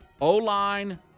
O-line